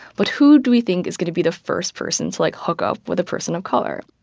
but who do we think is going to be the first person to, like, hook up with a person of color?